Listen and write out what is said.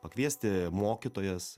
pakviesti mokytojas